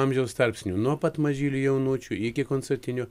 amžiaus tarpsnių nuo pat mažylių jaunučių iki koncertinio